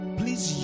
please